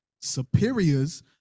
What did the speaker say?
superiors